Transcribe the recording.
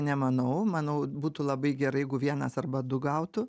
nemanau manau būtų labai gerai vienas arba du gautų